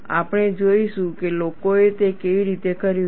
આપણે જોઈશું કે લોકોએ તે કેવી રીતે કર્યું છે